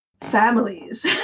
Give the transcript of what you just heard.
families